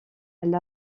elle